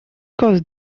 caused